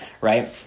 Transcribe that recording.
Right